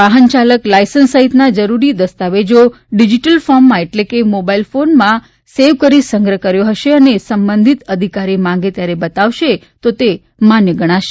વાહન યાલક લાયસન્સ સહિતના જરૂરી દસ્તાવેજા ડિજીટલ ફોર્મમાં એટલે કે મોબાઇલ ફોનમાં સેવ કરી સંગ્રહ કર્યો હશે અને સંબંધિત અધિકારી માંગે ત્યારે બતાવશે તો એ માન્ય ગણાશે